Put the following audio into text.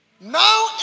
Now